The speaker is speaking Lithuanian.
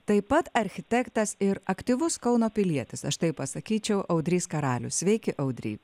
taip pat architektas ir aktyvus kauno pilietis aš taip pasakyčiau audrys karalius sveiki audry